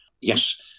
Yes